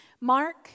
Mark